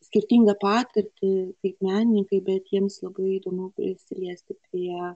skirtingą patirtį kaip menininkai bet jiems labai įdomu prisiliesti prie